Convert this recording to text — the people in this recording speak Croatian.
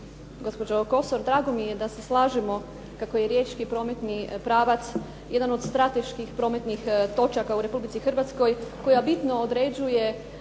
Gospođo Kosor, drago mi je da se slažemo kako riječki prometni pravac jedan od strateških prometnih točaka u Republici Hrvatskoj koja bitno određuje